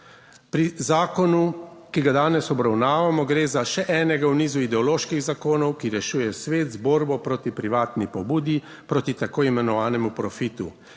Pri zakonu, ki ga danes obravnavamo, gre za še enega v nizu ideoloških zakonov, ki rešuje svet z borbo proti privatni pobudi, proti tako imenovanemu profitu,